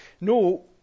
No